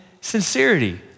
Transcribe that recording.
sincerity